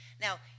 Now